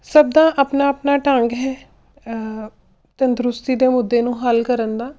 ਸਭ ਦਾ ਆਪਣਾ ਆਪਣਾ ਢੰਗ ਹੈ ਤੰਦਰੁਸਤੀ ਦੇ ਮੁੱਦੇ ਨੂੰ ਹੱਲ ਕਰਨ ਦਾ